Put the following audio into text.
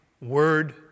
word